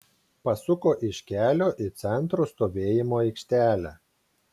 pasuko iš kelio į centro stovėjimo aikštelę